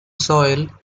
soil